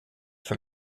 from